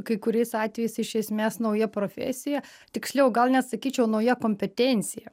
kai kuriais atvejais iš esmės nauja profesija tiksliau gal net sakyčiau nauja kompetencija